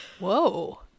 Whoa